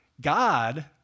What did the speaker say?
God